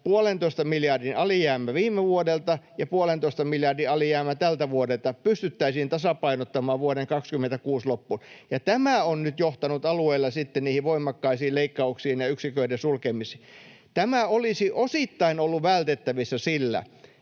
miljardin alijäämä viime vuodelta ja puolentoista miljardin alijäämä tältä vuodelta pystyttäisiin tasapainottamaan vuoden 26 loppuun, ja tämä on nyt johtanut alueilla sitten niihin voimakkaisiin leikkauksiin ja yksiköiden sulkemisiin. Tämä olisi osittain ollut vältettävissä sillä,